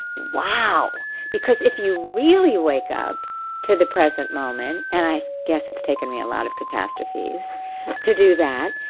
wow because if you really wake up to the present moment and i guess it's taken me a lot of catastrophes to do that,